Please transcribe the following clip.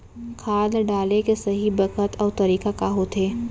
खाद ल डाले के सही बखत अऊ तरीका का होथे?